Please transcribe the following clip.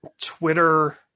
Twitter